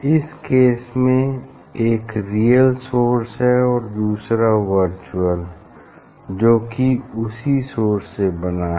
इस केस में एक रियल सोर्स है और दूसरा वर्चुअल जो की उसी सोर्स से बना है